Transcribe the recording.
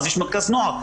יש מרכז נוער.